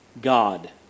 God